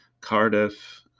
Cardiff